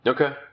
Okay